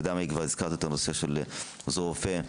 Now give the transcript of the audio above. אבל אם כבר הזכרת את הנושא של עוזר רופא,